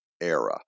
era